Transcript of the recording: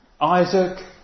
Isaac